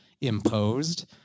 imposed